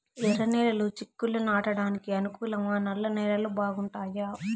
ఎర్రనేలలు చిక్కుళ్లు నాటడానికి అనుకూలమా నల్ల నేలలు బాగుంటాయా